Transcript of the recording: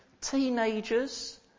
teenagers